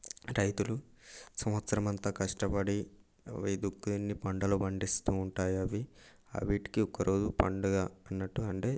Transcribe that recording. రైతులు సంవత్సరం అంతా కష్టపడి అవి దుక్కీ ఇన్ని పంటలు పండిస్తుంటాయవి అవిటికి ఒకరోజు పండుగ అన్నట్టు అంటే